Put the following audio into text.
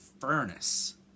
furnace